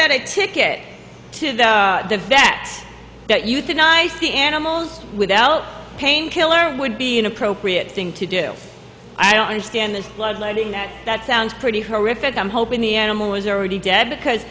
that a ticket to the vets that euthanize the animals without painkiller would be inappropriate thing to do i don't understand the bloodletting that that sounds pretty horrific i'm hoping the animal is already dead because